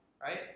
right